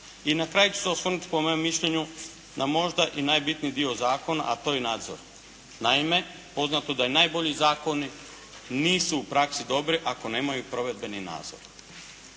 I na kraju ću se osvrnuti po mome mišljenju na možda i najbitniji dio zakona a to je nadzor. Naime, poznato je da najbolji zakoni nisu u praksi dobri ako nemaju provedbeni nadzor.